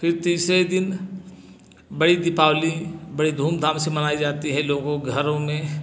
फिर तीसरे दिन बड़ी दीपावली बड़े धूम धाम से मनाई जाती है लोगों के घरों में